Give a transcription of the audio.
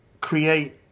create